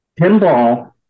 pinball